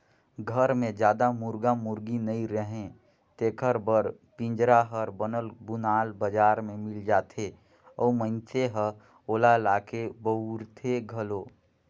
घर मे जादा मुरगा मुरगी नइ रहें तेखर बर पिंजरा हर बनल बुनाल बजार में मिल जाथे अउ मइनसे ह ओला लाके बउरथे घलो